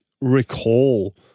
recall